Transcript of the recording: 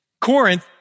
Corinth